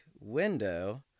window